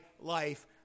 life